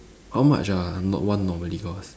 how much ah no~ one normally cost